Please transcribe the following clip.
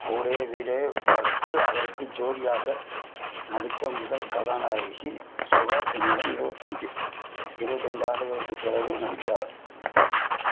கூடேவிடே படத்தில் அவருக்கு ஜோடியாக நடித்த முதல் கதாநாயகி சுஹாசினியுடன் இருவத்தஞ்சு இருபத்தைந்து ஆண்டுகளுக்கு பிறகு நடித்தார்